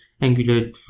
Angular